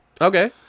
okay